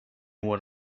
what